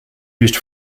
used